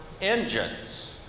engines